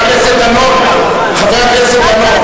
חבר הכנסת דנון, חבר הכנסת דנון.